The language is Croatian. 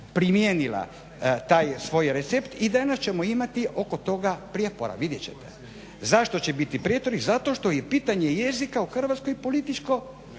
primijenila taj svoj recept. I danas ćemo imati oko toga prijepora. Vidjeti ćete. Zašto će biti prijepori? Zato što je pitanje jezika u Hrvatskoj političko